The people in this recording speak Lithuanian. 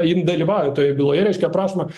jin dalyvauja toje byloje reiškia aprašoma